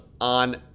on